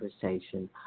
conversation